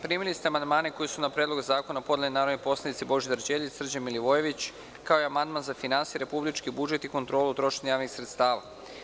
Primili ste amandmane koje su na Predlog zakona podneli narodni poslanici: mr Božidar Đelić, Srđan Milivojević, kao i amandman Odbora za finansije, republički budžet i kontrolu trošenja javnih sredstava.